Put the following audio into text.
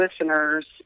listeners